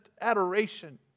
adoration